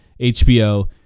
HBO